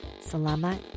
Salama